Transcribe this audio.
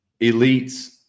elites